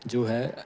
ਜੋ ਹੈ